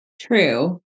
True